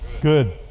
Good